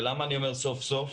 ולמה אני אומר סוף סוף?